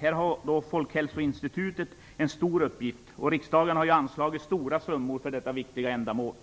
Här har Folkhälsoinstitutet en stor uppgift. Riksdagen har anslagit stora summor för detta viktiga ändamål.